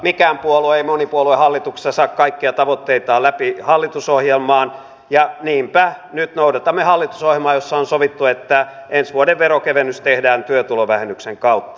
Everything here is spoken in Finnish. mikään puolue ei monipuoluehallituksessa saa kaikkia tavoitteitaan läpi hallitusohjelmaan ja niinpä nyt noudatamme hallitusohjelmaa jossa on sovittu että ensi vuoden veronkevennys tehdään työtulovähennyksen kautta